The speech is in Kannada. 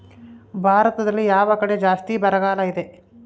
ಭಾರತದಲ್ಲಿ ಯಾವ ಕಡೆ ಜಾಸ್ತಿ ಬರಗಾಲ ಇದೆ?